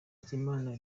ry’imana